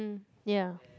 ya